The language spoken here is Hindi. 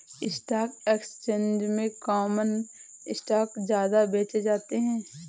स्टॉक एक्सचेंज में कॉमन स्टॉक ज्यादा बेचे जाते है